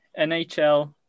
NHL